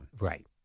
Right